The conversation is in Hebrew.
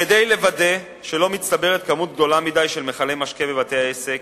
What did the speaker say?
כדי לוודא שלא מצטברת כמות גדולה מדי של מכלי משקה בבתי-העסק